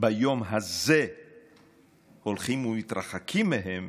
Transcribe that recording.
ביום הזה הולכים ומתרחקים מהם,